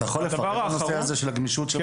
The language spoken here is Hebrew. אתה יכול לפרט בנושא הזה של הגמישות של בתי הספר?